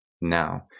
now